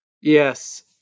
Yes